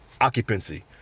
occupancy